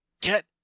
get